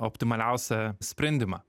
optimaliausią sprendimą